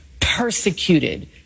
persecuted